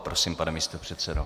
Prosím, pane místopředsedo.